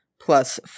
plus